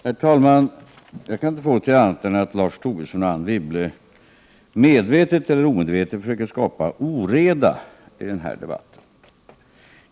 Herr talman! Jag kan inte få det till något annat än att Lars Tobisson och Anne Wibble medvetet eller omedvetet försöker skapa oreda i den här debatten.